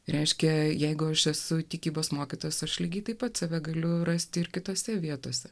reiškia jeigu aš esu tikybos mokytojas aš lygiai taip pat save galiu rasti ir kitose vietose